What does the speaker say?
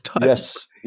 Yes